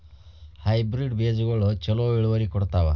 Hybrid ಬೇಜಗೊಳು ಛಲೋ ಇಳುವರಿ ಕೊಡ್ತಾವ?